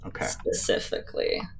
specifically